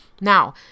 Now